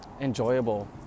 enjoyable